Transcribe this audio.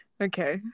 Okay